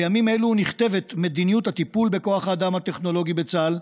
בימים אלה נכתבת מדיניות הטיפול בכוח האדם הטכנולוגי בצה"ל,